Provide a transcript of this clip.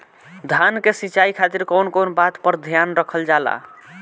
धान के सिंचाई खातिर कवन कवन बात पर ध्यान रखल जा ला?